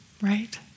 Right